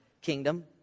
kingdom